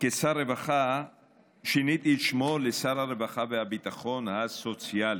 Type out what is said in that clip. כשר הרווחה שיניתי את שמו לשר הרווחה והביטחון הסוציאלי.